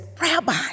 Rabbi